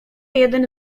jeden